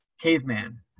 caveman